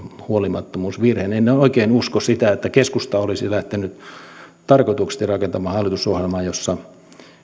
huolimattomuusvirheen en oikein usko sitä että keskusta olisi lähtenyt tarkoituksellisesti rakentamaan hallitusohjelmaa jossa